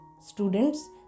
Students